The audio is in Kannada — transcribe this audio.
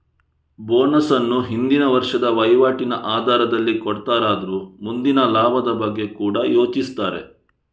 ಬೋನಸ್ ಅನ್ನು ಹಿಂದಿನ ವರ್ಷದ ವೈವಾಟಿನ ಆಧಾರದಲ್ಲಿ ಕೊಡ್ತಾರಾದ್ರೂ ಮುಂದಿನ ಲಾಭದ ಬಗ್ಗೆ ಕೂಡಾ ಯೋಚಿಸ್ತಾರೆ